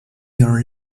your